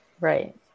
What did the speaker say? right